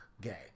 gay